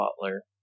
Butler